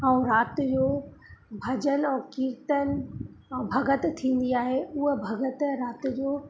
ऐं राति जो भॼन ऐं कीर्तन ऐं भॻति थींदी आहे उहो भॻति राति जो